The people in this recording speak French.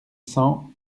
cents